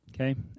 okay